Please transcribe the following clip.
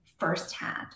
firsthand